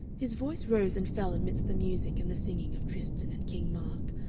his voice rose and fell amidst the music and the singing of tristan and king mark,